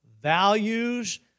values